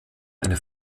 eine